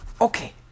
Okay